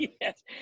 Yes